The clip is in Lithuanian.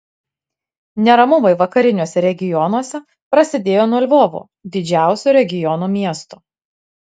neramumai vakariniuose regionuose prasidėjo nuo lvovo didžiausio regiono miesto